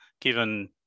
given